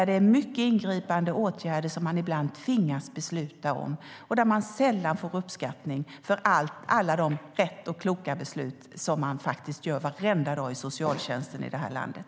Det är många ingripande åtgärder som man ibland tvingas besluta om, och man får sällan uppskattning för alla de riktiga och kloka beslut som man fattar varje dag i socialtjänsten i det här landet.